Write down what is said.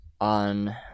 on